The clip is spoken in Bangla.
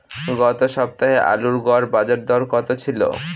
গত সপ্তাহে আলুর গড় বাজারদর কত ছিল?